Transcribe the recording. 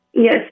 Yes